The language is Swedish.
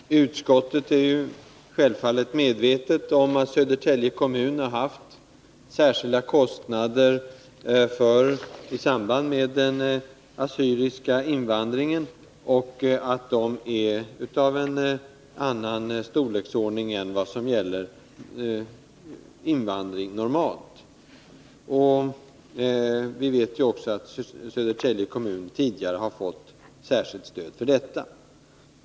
Herr talman! Utskottet är självfallet medvetet om att Södertälje kommun har haft särskilda kostnader i samband den assyriska invandringen och att de är av en annan storleksordning än vad som normalt gäller invandring. Vi vet också att Södertälje kommun tidigare har fått särskilt stöd för detta.